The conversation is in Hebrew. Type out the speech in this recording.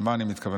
למה אני מתכוון?